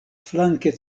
flanke